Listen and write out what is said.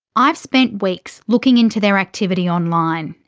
i've spent weeks looking into their activity online,